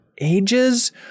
ages